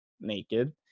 naked